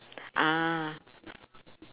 ah